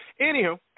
Anywho